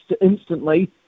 instantly